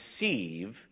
receive